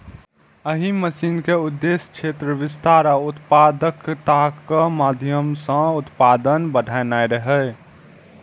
एहि मिशन के उद्देश्य क्षेत्र विस्तार आ उत्पादकताक माध्यम सं उत्पादन बढ़ेनाय रहै